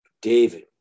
David